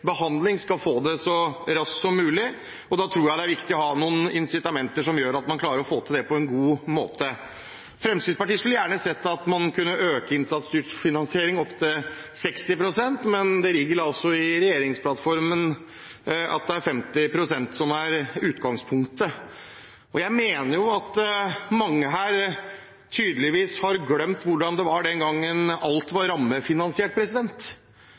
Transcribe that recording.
behandling, skal få det så raskt som mulig, og da tror jeg det er viktig å ha noen incitamenter som gjør at man klarer å få til det på en god måte. Fremskrittspartiet skulle gjerne sett at man kunne øke innsatsstyrt finansiering opp til 60 pst., men det ligger altså i regjeringsplattformen at 50 pst. er utgangspunktet. Jeg mener at mange her tydeligvis har glemt hvordan det var den gangen alt var rammefinansiert.